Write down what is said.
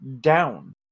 down